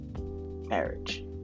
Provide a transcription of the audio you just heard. marriage